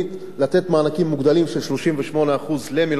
לתת מענקים מוגדלים של 38% למלונאים,